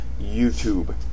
youtube